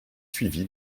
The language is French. suivi